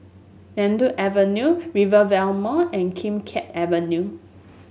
Avenue Rivervale Mall and Kim Keat Avenue